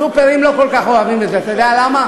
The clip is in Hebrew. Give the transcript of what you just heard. הסוּפרים לא כל כך אוהבים את זה, אתה יודע למה?